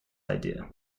idea